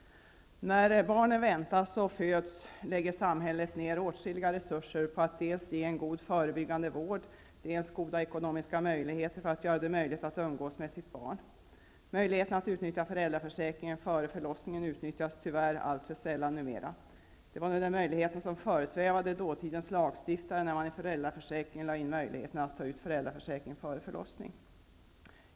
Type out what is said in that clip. När barnen väntas och föds lägger samhället ned åtskilliga resurser på att dels ge en god förebyggande vård, dels ge goda ekonomiska möjligheter för att göra det möjligt för föräldrarna att umgås med sitt barn. Möjligheten att utnyttja föräldraförsäkringen före förlossningen utnyttjas tyvärr alltför sällan numera. Det var nog den möjligheten som föresvävade dåtidens lagstiftare när de i föräldraförsäkringen lade in möjligheten att ta ut föräldraförsäkring före förlossningen.